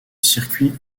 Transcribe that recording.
circuit